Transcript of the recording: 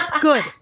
Good